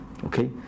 Okay